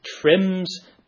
trims